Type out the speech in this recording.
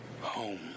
home